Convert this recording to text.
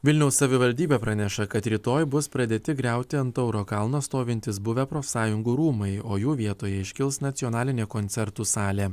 vilniaus savivaldybė praneša kad rytoj bus pradėti griauti ant tauro kalno stovintys buvę profsąjungų rūmai o jų vietoje iškils nacionalinė koncertų salė